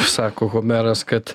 sako homeras kad